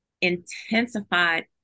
intensified